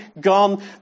gone